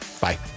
Bye